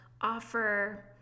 offer